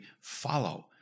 follow